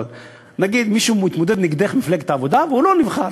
אבל נגיד מישהו מתמודד מולך במפלגת העבודה והוא לא נבחר,